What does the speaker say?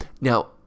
Now